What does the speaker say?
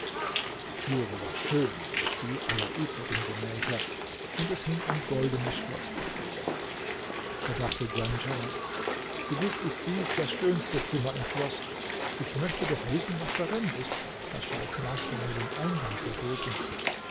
die türe war schöner als die aller übrigen gemächer und es hing ein goldenes schloß davor da dachte djanschah gewiß ist dies das schönste zimmer im schloß ich möchte doch wissen was darin ist daß scheich naßr mir den eingang verboten